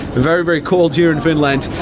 very, very cold here in finland.